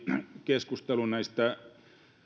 keskustelun tästä